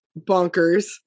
bonkers